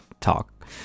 talk